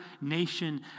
nation